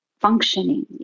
functioning